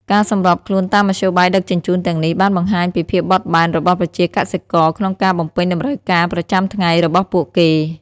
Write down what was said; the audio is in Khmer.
ការសម្របខ្លួនតាមមធ្យោបាយដឹកជញ្ជូនទាំងនេះបានបង្ហាញពីភាពបត់បែនរបស់ប្រជាកសិករក្នុងការបំពេញតម្រូវការប្រចាំថ្ងៃរបស់ពួកគេ។